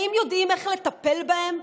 האם יודעים איך לטפל בהם?